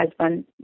husband